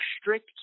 strict